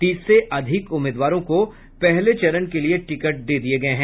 तीस से अधिक उम्मीदवारों को पहले चरण के लिए टिकट दे दिये गये हैं